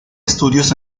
estudios